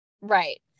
Right